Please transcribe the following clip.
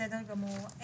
בסדר גמור.